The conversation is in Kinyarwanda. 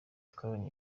twabonye